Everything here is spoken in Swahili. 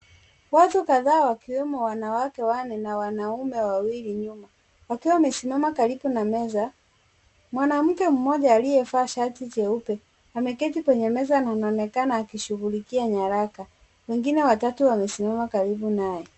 Watu kadhaa wakiwemo wanawake wanne na wanaume wawili nyuma, wakiwa wamesimama karibu na meza, mwanamke mmoja aliyevaa shati jeupe, ameketi kwenye meza na anaonekana akishughulikia nyaraka. Wengine watatu wamesimama karibu naye.